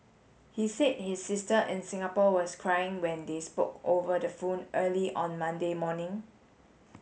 he said his sister in Singapore was crying when they spoke over the phone early on Monday morning